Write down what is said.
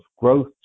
growth